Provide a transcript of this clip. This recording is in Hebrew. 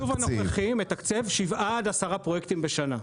התקצוב הנוכחי מתקצב שבעה עד עשרה פרויקטים בשנה.